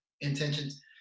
Intentions